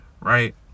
Right